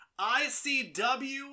ICW